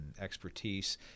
expertise